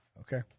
Okay